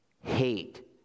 hate